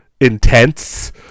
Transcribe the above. intense